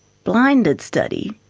blinded study?